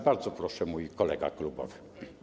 Bardzo proszę, mój kolega klubowy.